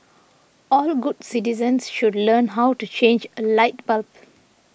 all good citizens should learn how to change a light bulb